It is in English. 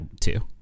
two